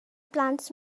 blant